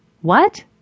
What